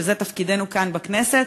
שזה תפקידנו כאן בכנסת.